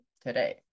today